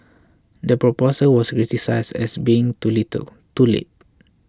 the proposal was criticised as being too little too late